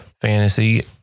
fantasy